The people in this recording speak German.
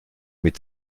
mit